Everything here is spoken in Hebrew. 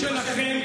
משקר.